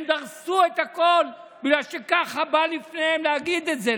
הם דרסו את הכול בגלל שככה בא לפניהם להגיד את זה,